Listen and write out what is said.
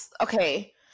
okay